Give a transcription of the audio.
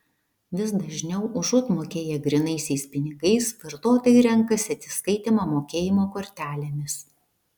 vis dažniau užuot mokėję grynaisiais pinigais vartotojai renkasi atsiskaitymą mokėjimo kortelėmis